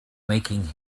making